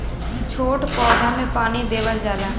छोट पौधा में पानी देवल जाला